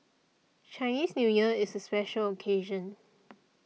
Chinese New Year is a special occasion